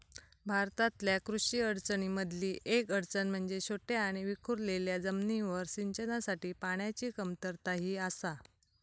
भारतातल्या कृषी अडचणीं मधली येक अडचण म्हणजे छोट्या आणि विखुरलेल्या जमिनींवर सिंचनासाठी पाण्याची कमतरता ही आसा